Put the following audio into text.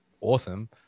awesome